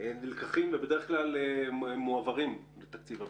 נלקחים ומועברים לתקציב הביטחון.